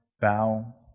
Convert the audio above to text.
bow